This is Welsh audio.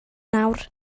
nawr